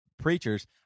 preachers